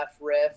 Riff